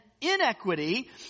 inequity